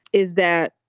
is that.